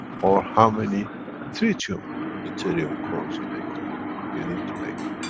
or, how many tritium deuterium cores you make them. you you need to make.